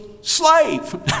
slave